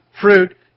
fruit